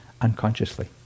unconsciously